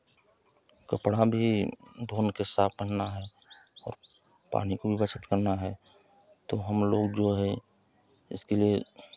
कपड़ा भी धोने के साथ पहनना है और पानी को भी बचत करना है तो हमलोग जो है इसके लिए